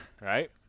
right